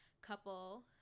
couple